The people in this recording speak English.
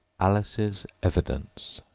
alice's evidence